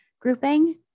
grouping